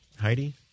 Heidi